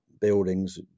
buildings